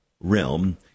realm